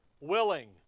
willing